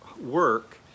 work